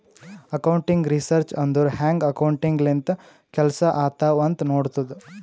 accounting research ಅಂದುರ್ ಹ್ಯಾಂಗ್ accounting ಲಿಂತ ಕೆಲ್ಸಾ ಆತ್ತಾವ್ ಅಂತ್ ನೋಡ್ತುದ್